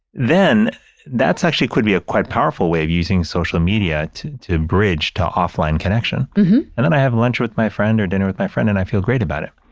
then that's actually could be a quite powerful way of using social media to to bridge to offline connection mmhmm and then i have lunch with my friend or dinner with my friend, and i feel great about it.